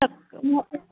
सक्